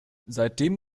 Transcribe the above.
seitdem